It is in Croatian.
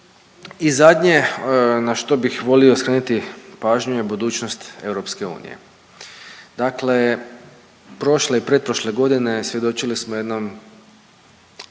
I zadnje na što bih volio skrenuti pažnju je budućnost EU, dakle prošle i pretprošle godine svjedočili smo jednom,